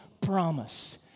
promise